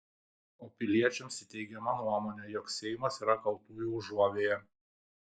o piliečiams įteigiama nuomonė jog seimas yra kaltųjų užuovėja